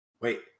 Wait